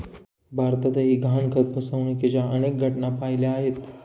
भारतातही गहाणखत फसवणुकीच्या अनेक घटना पाहिल्या आहेत